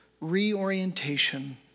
reorientation